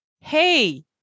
Hey